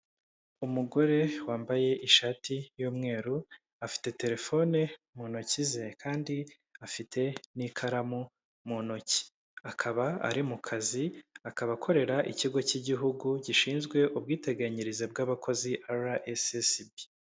Umugore wambaye ishati y'umweru afite terefone mu intoki ze kandi afite n'ikaramu mu ntoki, akaba ari mu kazi akaba akorera ikigo cy'igihugu gishinzwe ubwiteganyirize bw'abakozi ara ese ese bi.